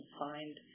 find